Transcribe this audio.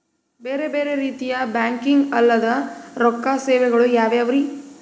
ಬೇರೆ ಬೇರೆ ರೀತಿಯ ಬ್ಯಾಂಕಿಂಗ್ ಅಲ್ಲದ ರೊಕ್ಕ ಸೇವೆಗಳು ಯಾವ್ಯಾವ್ರಿ?